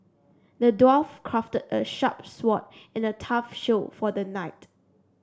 the dwarf crafted a sharp sword and a tough shield for the knight